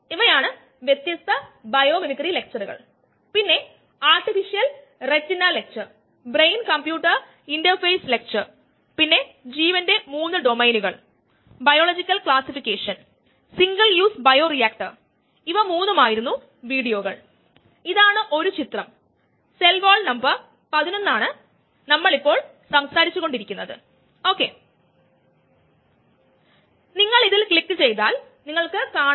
അതായത് നേരത്തെ ഉണ്ടായ generation rate of enzyme substrate complex minus consumption rate of enzyme substrate കോംപ്ലക്സും മെറ്റീരിയൽ ബാലൻസും അത് ഈ സിസ്റ്റത്തിൽ എൻസൈം സബ്സ്ട്രേറ്റിന്റെ മാസിന്റെ അക്യുമുലേഷന് തുല്യം ആണ്